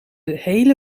hele